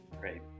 great